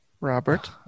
Robert